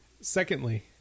secondly